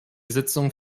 sitzung